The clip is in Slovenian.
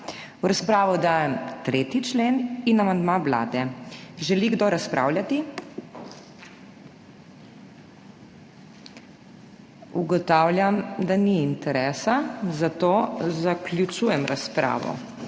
V razpravo dajem 3. člen in amandma Vlade. Želi kdo razpravljati? (Ne.) Ugotavljam, da ni interesa, zato zaključujem razpravo.